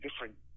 different